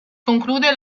conclude